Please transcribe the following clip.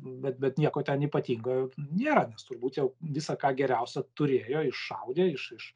bet bet nieko ten ypatingo nėra nes turbūt jau visa ką geriausia turėjo iššaudė iš iš